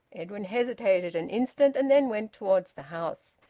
edwin hesitated an instant and then went towards the house.